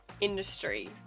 industry